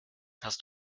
hast